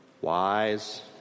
wise